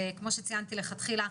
זה כמו שציינתי בהתחלה,